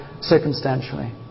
circumstantially